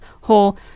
whole